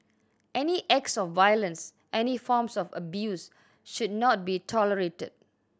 any acts of violence any forms of abuse should not be tolerated